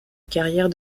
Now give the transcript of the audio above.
carrière